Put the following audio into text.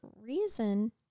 reason